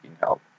help